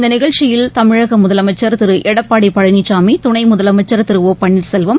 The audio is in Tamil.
இந்தநிகழ்ச்சியில் தமிழகமுதலமைச்சர் திருஎடப்பாடிபழனிசாமி துணைமுதலமைச்சர் திருஒபன்னீர்செல்வம்